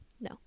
No